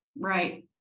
right